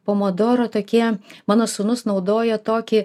pomodoro tokie mano sūnus naudojo tokį